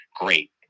great